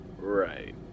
Right